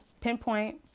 pinpoint